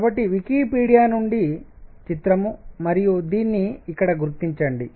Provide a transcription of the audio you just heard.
కాబట్టి వికీపీడియా నుండి చిత్రం మరియు దీన్ని ఇక్కడ గుర్తించండి